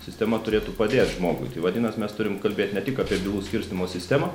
sistema turėtų padėti žmogui vadinasi mes turime kalbėti ne tik apie bylų skirstymo sistemą